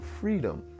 freedom